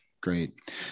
Great